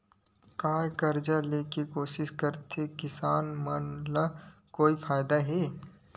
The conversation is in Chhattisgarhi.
का कर्जा ले के कोशिश करात किसान मन ला कोई फायदा हे?